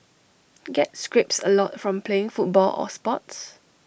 get scrapes A lot from playing football or sports